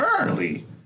early